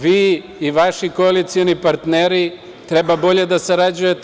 Vi i vaši koalicioni partneri treba bolje da sarađujete.